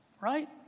Right